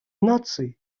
наций